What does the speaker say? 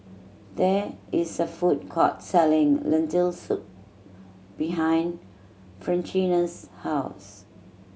there is a food court selling Lentil Soup behind Francina's house